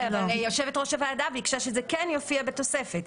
יושבת-ראש הוועדה ביקשה שזה כן יופיע בתוספת.